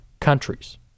countries